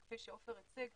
וכפי שעופר הציג,